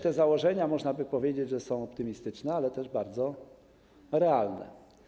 Te założenia, można by powiedzieć, są optymistyczne, ale też bardzo realne.